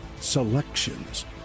selections